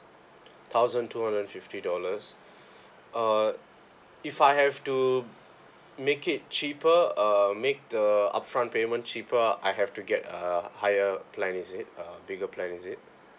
thousand two hundred and fifty dollars uh if I have to make it cheaper uh make the upfront payment cheaper I have to get a higher plan is it uh bigger plan is it